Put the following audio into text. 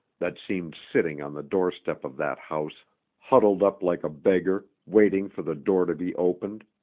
that seemed sitting on the doorstep of that house huddled up like a beggar, waiting for the door to be opened!